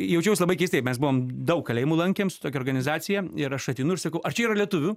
jaučiaus labai keistai mes buvom daug kalėjimų lankėm su tokia organizacija ir aš ateinu ir sakau ar čia yra lietuvių